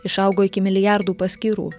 išaugo iki milijardų paskyrų